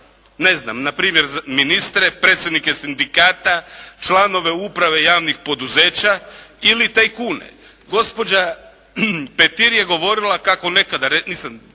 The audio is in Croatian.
ne znam npr. ministre, predsjednike sindikata, članove uprave javnih poduzeća ili tajkune. Gospođa Petir je govorila kako nekada nisam